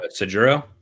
Sajuro